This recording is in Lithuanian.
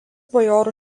bajorų